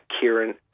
Kieran